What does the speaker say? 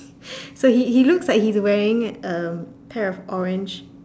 so he he looks like he's wearing a pair of orange